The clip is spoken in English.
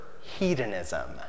hedonism